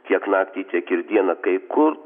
tiek naktį tiek ir dieną kai kur